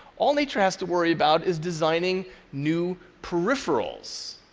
all nature has to worry about is designing new peripherals.